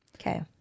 Okay